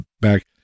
back